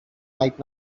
might